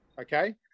Okay